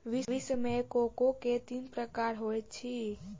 विश्व मे कोको के तीन प्रकार होइत अछि